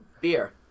beer